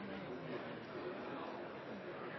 Jeg kan